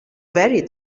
very